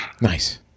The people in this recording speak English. Nice